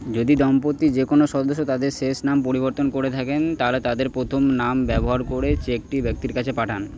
যদি দম্পতির যে কোনও সদস্য তাদের শেষ নাম পরিবর্তন করে থাকেন তাহলে তাদের প্রথম নাম ব্যবহার করে চেকটি ব্যক্তির কাছে পাঠান